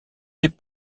des